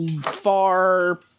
far